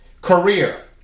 career